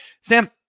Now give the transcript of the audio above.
Sam